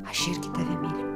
aš irgi tave myliu